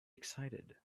excited